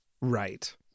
Right